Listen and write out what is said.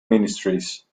ministries